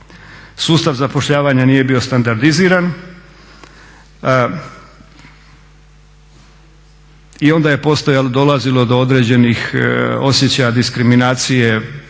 sustav zapošljavanja nije bio standardiziran i onda je dolazilo do određenih osjećaja diskriminacije